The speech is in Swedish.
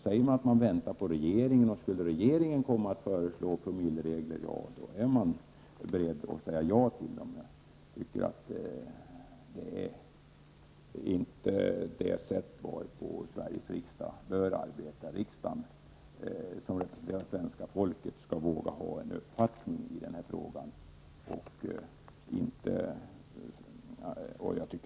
Samtidigt väntar de på regeringens förslag, och skulle det innebära införa ja. Detta är inte det ande av promilleregler är moderaterna beredda att sä sätt varpå Sveriges riksdag bör arbeta. Riksdagen, som representerar svenska folket, skall våga ha en uppfattning i den här frågan.